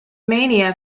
mania